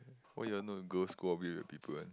why you want know girls school all weird weird people [one]